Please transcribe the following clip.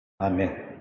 Amen